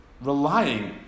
relying